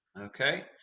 okay